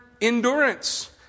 endurance